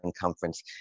conference